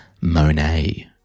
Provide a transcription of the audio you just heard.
Monet